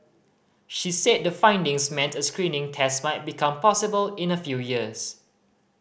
she said the findings meant a screening test might become possible in a few years